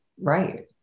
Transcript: right